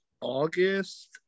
August